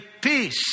peace